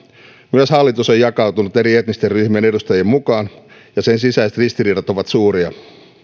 myös hallitus on jakautunut eri etnisten ryhmien edustajien mukaan ja sen sisäiset ristiriidat ovat suuria